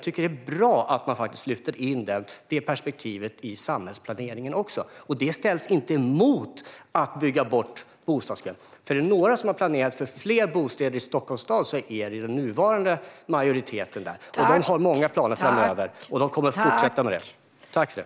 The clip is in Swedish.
Det är bra att man lyfter in det perspektivet också i samhällsplaneringen. Det ställs inte emot att bygga bort bostadskön. Är det några som har planerat för fler bostäder i Stockholms stad är det den nuvarande majoriteten där. Den har många planer framöver, och den kommer att fortsätta med det.